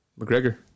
McGregor